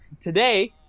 today